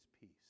peace